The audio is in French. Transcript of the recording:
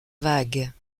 vagues